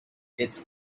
its